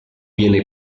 viene